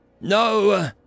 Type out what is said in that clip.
No